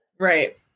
Right